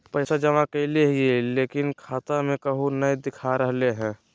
पैसा जमा कैले हिअई, लेकिन खाता में काहे नई देखा रहले हई?